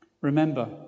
Remember